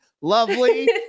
lovely